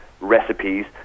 recipes